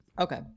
Okay